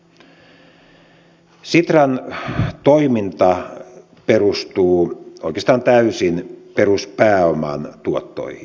sitran toiminta perustuu oikeastaan täysin peruspääoman tuottoihin